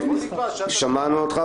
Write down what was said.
שמענו אותך.